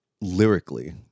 lyrically